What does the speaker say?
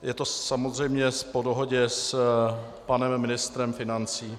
Je to samozřejmě po dohodě s panem ministrem financí.